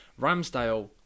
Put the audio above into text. Ramsdale